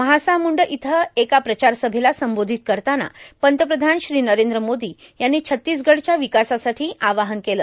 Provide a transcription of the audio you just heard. महासामुंड इथं एका प्रचारसभेला संबोधित करताना पंतप्रधान श्री नरद्र मोदी यांनी छत्तीसगडच्या र्यवकासाठों आवाहन केलं